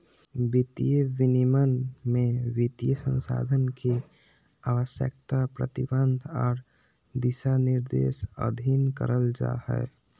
वित्तीय विनियमन में वित्तीय संस्थान के आवश्यकता, प्रतिबंध आर दिशानिर्देश अधीन करल जा हय